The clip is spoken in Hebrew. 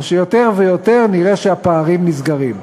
או שיותר ויותר נראה שהפערים נסגרים?